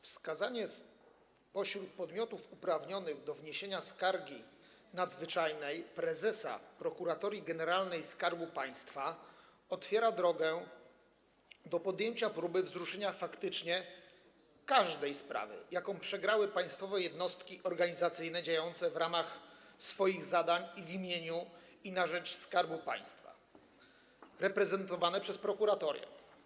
Wskazanie podmiotów uprawnionych do wniesienia skargi nadzwyczajnej, np. prezesa Prokuratorii Generalnej Skarbu Państwa, otwiera drogę do podjęcia próby wzruszenia faktycznie każdej sprawy, jaką przegrały państwowe jednostki organizacyjne działające w ramach swoich zadań w imieniu i na rzecz Skarbu Państwa reprezentowane przez prokuratorię.